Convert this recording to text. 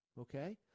Okay